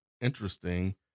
interesting